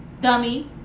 Dummy